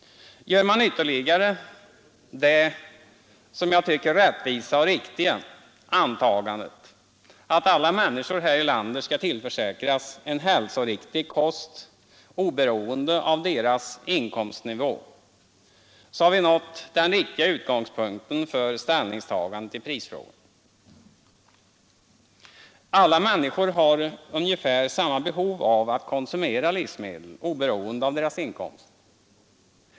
Gör man ytterligare det, som jag tycker rättvisa, antagandet att alla människor här i landet skall tillförsäkras en hälsoriktig kost oberoende av sin inkomstnivå, så har man nått den riktiga utgångspunkten för ställningstagandet i prisfrågan. Alla människor har ungefär samma behov av att konsumera livsmedel oberoende av sina inkomster.